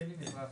אלי מזרחי.